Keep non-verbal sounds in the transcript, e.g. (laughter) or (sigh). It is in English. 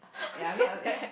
ya I mean I mean (laughs)